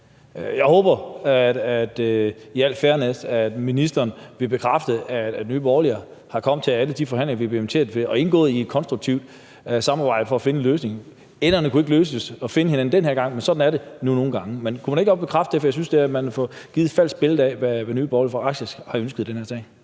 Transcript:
Jeg håber, at ministeren i al fairness vil bekræfte, at Nye Borgerlige er kommet til alle de forhandlinger, vi er blevet inviteret til, og er indgået i et konstruktivt samarbejde for at finde en løsning. Enderne kunne det ikke lykkes at få til at nå sammen den her gang, men sådan er det jo nogle gange. Men kunne man ikke godt bekræfte det, for jeg synes, at man har fået givet et falsk billede af, hvad Nye Borgerlige faktisk har ønsket i den her sag?